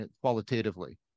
qualitatively